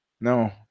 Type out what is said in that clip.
No